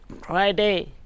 Friday